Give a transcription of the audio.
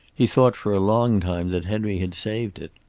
he thought for a long time that henry had saved it.